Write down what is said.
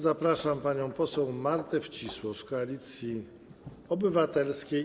Zapraszam panią poseł Martę Wcisło z Koalicji Obywatelskiej.